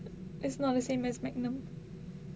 it's not the same as magnum